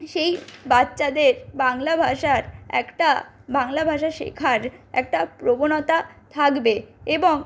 সেই বাচ্ছাদের বাংলা ভাষার একটা বাংলা ভাষা শেখার একটা প্রবণতা থাকবে এবং